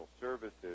services